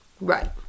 Right